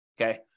Okay